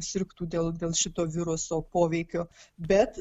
sirgtų dėl dėl šito viruso poveikio bet